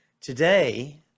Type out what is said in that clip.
today